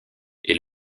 est